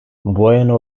buena